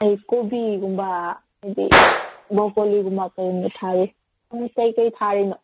ꯍꯧꯖꯤꯛ ꯀꯣꯕꯤꯒꯨꯝꯕ ꯑꯗꯩ ꯕ꯭ꯔꯣꯀꯣꯂꯤꯒꯨꯝꯕ ꯀꯩꯒꯨꯝꯕ ꯊꯥꯔꯤ ꯅꯪ ꯀꯩꯀꯩ ꯊꯥꯔꯤꯅꯣ